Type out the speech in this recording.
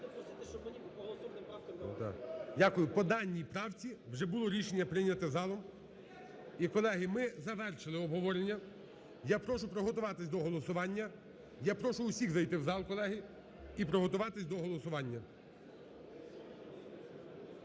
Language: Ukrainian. Дякую. По даній правці вже було рішення прийнято залом. І, колеги, ми завершили обговорення. Я прошу приготуватися до голосування, я прошу всіх зайти в зал, колеги, і приготуватися до голосування.